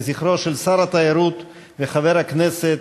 אדוני היושב-ראש, חברי הכנסת,